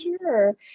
sure